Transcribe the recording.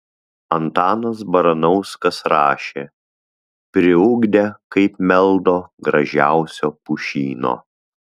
antanas baranauskas rašė priugdę kaip meldo gražiausio pušyno